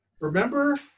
remember